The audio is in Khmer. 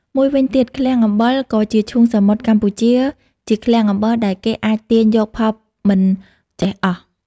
មួយវិញទៀតឃ្លាំងអំបិល ក៏ជាឈូងសមុទ្រកម្ពុជាជាឃ្លាំងអំបិលដែលគេអាចទាញយកផលមិនចេះអស់។